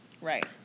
Right